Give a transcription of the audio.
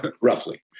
roughly